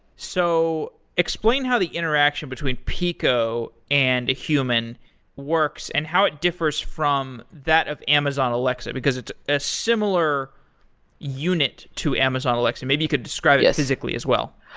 so explain how the interaction between peequo and a human works and how it differs from that of amazon alexa, because it's a similar unit to amazon alexa. maybe you could describe it physically as well.